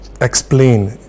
explain